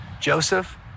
Joseph